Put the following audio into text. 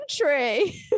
country